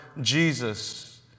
Jesus